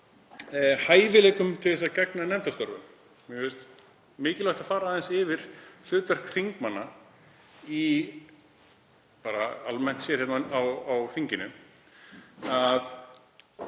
hæfileikum til að gegna nefndastörfum. Mér finnst mikilvægt að fara aðeins yfir hlutverk þingmanna bara almennt séð hér á þinginu.